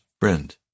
friend